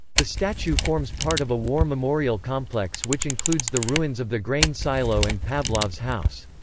the statue forms part of a war memorial complex which includes the ruins of the grain silo and pavlov's house.